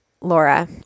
laura